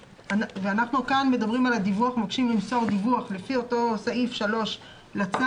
אנחנו מדברים כאן על הדיווח ומבקשים למסור דיווח לפי אותו סעיף 3 לצו,